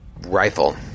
rifle